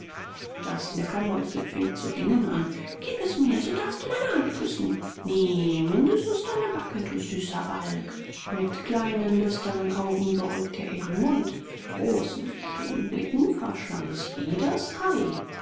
das leckermäulchen fing zu dingen an gib es mir so darfst du meine hand küssen nee mindestens deine backe du süßer balg mit kleinen lüsternen augen beäugte er ihren mund mit großen gierigen blicken verschlang sie das ei